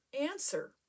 answer